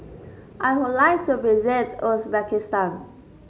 I would like to visit Uzbekistan